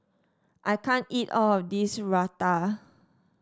I can't eat all of this Raita